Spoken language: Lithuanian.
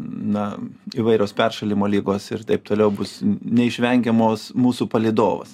na įvairios peršalimo ligos ir taip toliau bus neišvengiamos mūsų palydovas